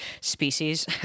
species